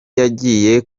yagiye